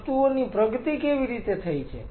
વસ્તુઓની પ્રગતિ કેવી રીતે થઈ છે